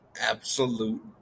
absolute